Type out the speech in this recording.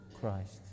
Christ